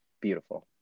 Beautiful